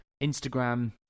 Instagram